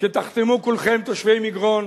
שתחתמו כולכם, תושבי מגרון,